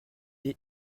est